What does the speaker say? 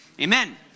Amen